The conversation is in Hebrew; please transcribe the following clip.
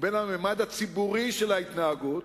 ובין הממד הציבורי של ההתנהגות,